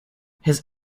his